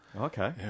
Okay